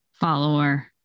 follower